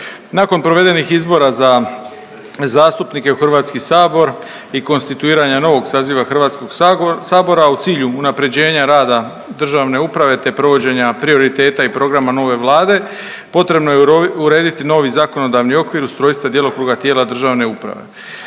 Nakon provedenih izbora za zastupnike u Hrvatski sabor i konstituiranja novog saziva Hrvatskog sabora u cilju unapređenja rada državne uprave, te provođenja prioriteta i programa nove Vlade potrebno je urediti novi zakonodavni okvir ustrojstva djelokruga tijela državne uprave.